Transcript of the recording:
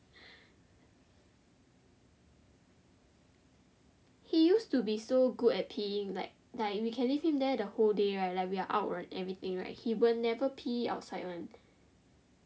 he used to be so good at peeing like we can leave him there the whole day right like we are out and everything right he will never pee outside one